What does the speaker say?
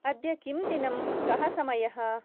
अद्य किम् दिनं कः समयः